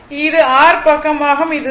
இது r பக்கமாகும் இது 0